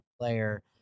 player